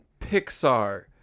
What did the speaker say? pixar